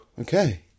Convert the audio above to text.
Okay